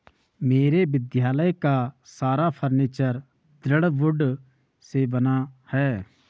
मेरे विद्यालय का सारा फर्नीचर दृढ़ वुड से बना है